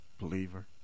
believer